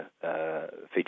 feature